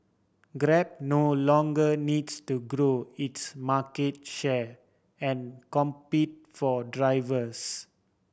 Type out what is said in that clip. grab no longer needs to grow its market share and compete for drivers